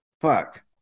Fuck